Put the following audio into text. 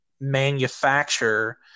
manufacture